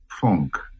funk